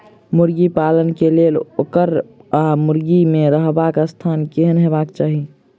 मुर्गी पालन केँ लेल ओकर वा मुर्गी केँ रहबाक स्थान केहन हेबाक चाहि?